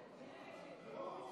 אדוני היושב-ראש,